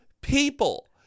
people